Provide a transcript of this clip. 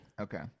Okay